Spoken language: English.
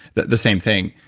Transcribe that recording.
the the same thing.